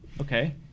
Okay